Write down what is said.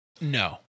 No